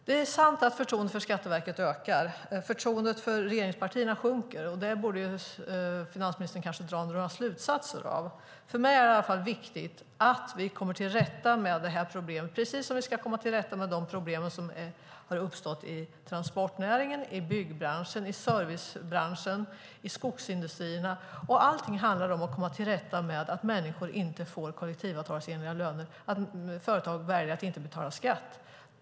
Det är sant att förtroendet för Skatteverket ökar. Men förtroendet för regeringspartierna sjunker, och det borde finansministern kanske dra några slutsatser av. För mig är det i alla fall viktigt att vi kommer till rätta med det här problemet, precis som vi ska komma till rätta med de problem som har uppstått i transportnäringen, i byggbranschen, i servicebranschen och i skogsindustrierna. Allting handlar om att komma till rätta med att människor inte får kollektivavtalsenliga löner och att företag väljer att inte betala skatt.